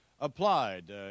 applied